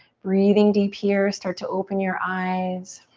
breathing deep here. start to open your eyes.